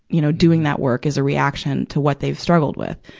you know, doing that work is a reaction to what they've struggled with,